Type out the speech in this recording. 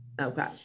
Okay